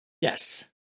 Yes